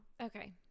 Okay